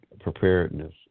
preparedness